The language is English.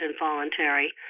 involuntary